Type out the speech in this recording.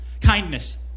Kindness